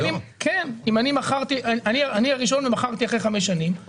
אם אני הראשון ומכרתי אחרי חמש שנים,